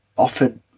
offered